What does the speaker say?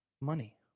money